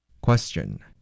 Question